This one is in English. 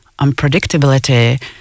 unpredictability